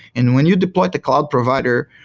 and when you deployed the cloud provider,